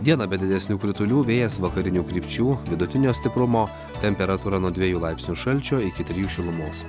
dieną be didesnių kritulių vėjas vakarinių krypčių vidutinio stiprumo temperatūra nuo dviejų laipsnių šalčio iki trijų šilumos